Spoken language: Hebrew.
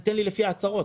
תן לי לפי ההצהרות.